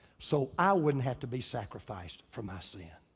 so i wouldn't have to be sacrificed for my sin.